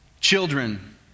Children